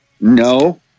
No